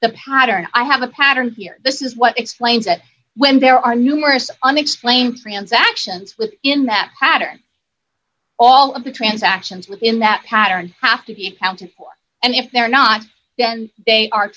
the pattern i have a pattern here this is what explains that when there are numerous unexplained transactions with in that pattern all of the transactions within that pattern have to be accounted for and if they're not then they are